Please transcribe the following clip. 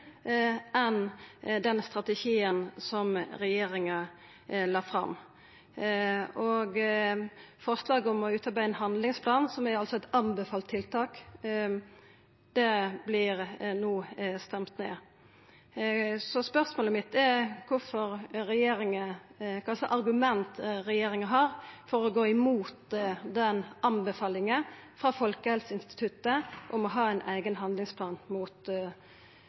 den strategien som regjeringa la fram. Forslaget om å utarbeida ein handlingsplan – som er eit anbefalt tiltak – vert no stemt ned. Spørsmålet mitt er: Kva slags argument har regjeringa for å gå imot anbefalinga frå Folkehelseinstituttet om å ha ein eigen handlingsplan mot